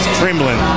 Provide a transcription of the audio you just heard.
trembling